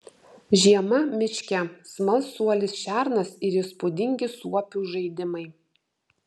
žiema miške smalsuolis šernas ir įspūdingi suopių žaidimai